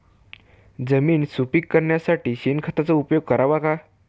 जमीन सुपीक करण्यासाठी शेणखताचा उपयोग करावा का?